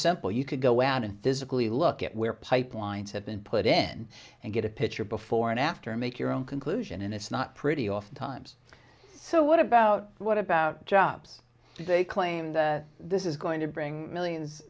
simple you could go out and physically look at where pipelines have been put in and get a picture before and after and make your own conclusion and it's not pretty often times so what about what about jobs they claimed this is going to bring millions